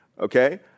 okay